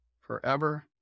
forever